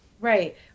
right